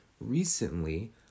recently